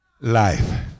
life